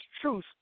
truth